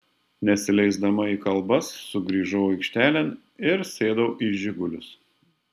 nesileisdama į kalbas sugrįžau aikštelėn ir sėdau į žigulius